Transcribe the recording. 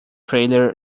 trailer